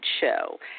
show